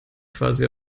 quasi